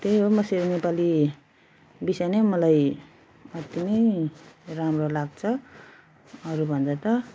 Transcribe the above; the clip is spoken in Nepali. त्यही हो मसित नेपाली विषय नै मलाई अति नै राम्रो लाग्छ अरूभन्दा त